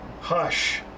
hush